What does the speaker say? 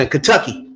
Kentucky